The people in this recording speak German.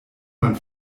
man